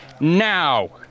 now